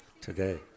today